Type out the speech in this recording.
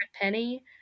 Penny